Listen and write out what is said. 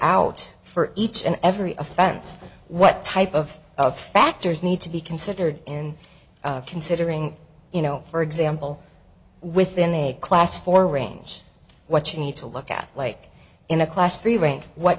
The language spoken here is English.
out for each and every offense what type of of factors need to be considered in considering you know for example within a class for range what you need to look at like in a class